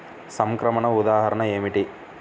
సంక్రమణ ఉదాహరణ ఏమిటి?